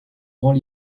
grands